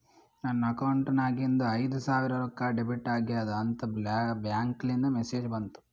ನನ್ ಅಕೌಂಟ್ ನಾಗಿಂದು ಐಯ್ದ ಸಾವಿರ್ ರೊಕ್ಕಾ ಡೆಬಿಟ್ ಆಗ್ಯಾದ್ ಅಂತ್ ಬ್ಯಾಂಕ್ಲಿಂದ್ ಮೆಸೇಜ್ ಬಂತು